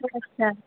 ও আচ্ছা